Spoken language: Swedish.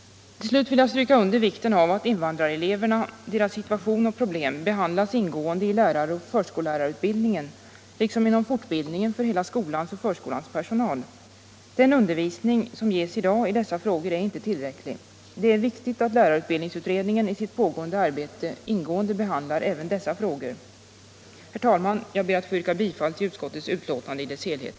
Till slut vill jag stryka under vikten av att invandrareleverna, deras situation och problem behandlas ingående i läraroch förskollärarutbildningen, liksom inom fortbildningen för hela skolans och förskolans personal. Den undervisning som ges i dag i dessa frågor är inte tillräcklig. Det är viktigt att lärarutbildningsutredningen i sitt pågående arbete ingående behandlar även dessa frågor. Herr talman! Jag ber att få yrka bifall till utskottets hemställan i dess helhet.